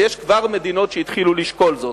וכבר יש מדינות שהתחילו לשקול זאת.